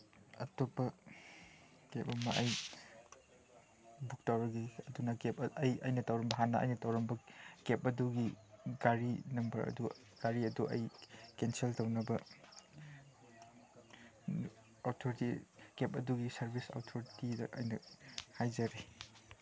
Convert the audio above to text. ꯑꯇꯣꯞꯄ ꯀꯦꯞ ꯑꯃ ꯑꯩ ꯕꯨꯛ ꯇꯧꯔꯒꯦ ꯑꯗꯨꯅ ꯀꯦꯞ ꯑꯩ ꯑꯩꯅ ꯇꯧꯔꯝꯕ ꯍꯥꯟꯅ ꯑꯩꯅ ꯇꯧꯔꯝꯕ ꯀꯦꯞ ꯑꯗꯨꯒꯤ ꯒꯥꯔꯤ ꯅꯝꯕꯔ ꯑꯗꯨ ꯒꯥꯔꯤ ꯑꯗꯨ ꯑꯩ ꯀꯦꯟꯁꯦꯜ ꯇꯧꯅꯕ ꯑꯣꯊꯣꯔꯤꯇꯤ ꯀꯦꯞ ꯑꯗꯨꯒꯤ ꯁꯥꯔꯚꯤꯁ ꯑꯣꯊꯣꯔꯤꯇꯤꯗ ꯑꯩꯅ ꯍꯥꯏꯖꯔꯤ